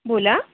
बोला